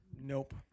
Nope